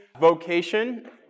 vocation